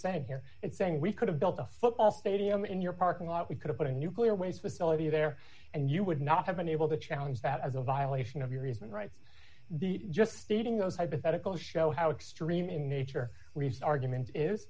saying here it's saying we could have built a football stadium in your parking lot we could put a nuclear waste facility there and you would not have been able to challenge that as a violation of your reason right deep just stating those hypothetical show how extreme in nature reese argument is